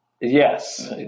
Yes